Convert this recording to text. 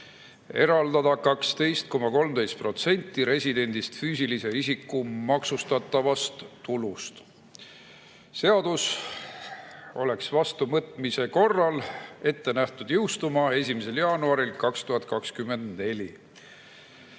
eraldada 12,13% residendist füüsilise isiku maksustatavast tulust. Seadus oleks vastuvõtmise korral ette nähtud jõustuma 1. jaanuaril 2024.